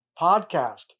Podcast